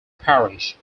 parish